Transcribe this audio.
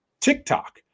TikTok